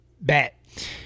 Bet